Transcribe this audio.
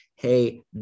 hey